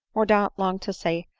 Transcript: mordaunt longed to say,